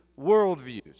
worldviews